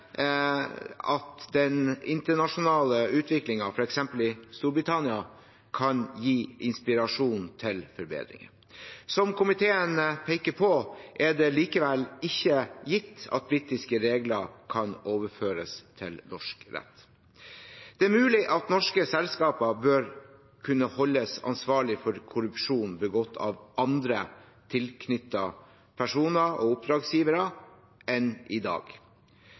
at den internasjonale utviklingen, f.eks. i Storbritannia, kan gi inspirasjon til forbedringer. Som komiteen peker på, er det likevel ikke gitt at britiske regler kan overføres til norsk rett. Det er mulig at norske selskaper bør kunne holdes ansvarlig for korrupsjon begått av andre tilknyttede personer og oppdragsgivere enn i dag.